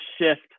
shift